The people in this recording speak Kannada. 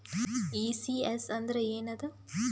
ಈ.ಸಿ.ಎಸ್ ಅಂದ್ರ ಏನದ?